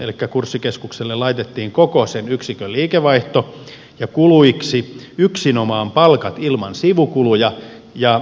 elikkä kurssikeskukselle laitettiin koko sen yksikön liikevaihto ja kuluiksi yksinomaan palkat ilman sivukuluja ja investoinnit